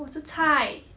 我说菜